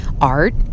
Art